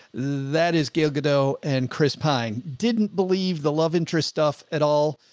that is gail godot and chris pine didn't believe the love interest stuff at all.